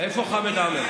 איפה חמד עמאר?